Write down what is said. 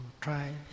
try